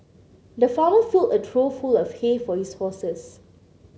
the farmer filled a trough full of hay for his horses